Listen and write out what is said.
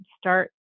start